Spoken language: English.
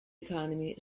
economy